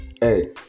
Hey